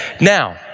Now